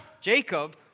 Jacob